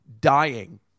dying